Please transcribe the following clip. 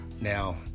Now